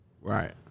Right